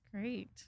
great